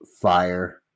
fire